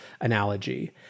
analogy